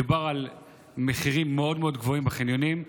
מדובר על מחירים מאוד מאוד גבוהים בחניונים.